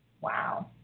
Wow